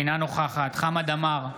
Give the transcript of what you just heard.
אינה נוכחת חמד עמאר,